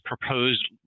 proposed